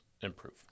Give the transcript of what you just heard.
improve